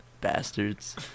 Bastards